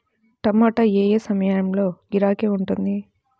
టమాటా ఏ ఏ సమయంలో గిరాకీ ఉంటుంది?